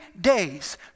days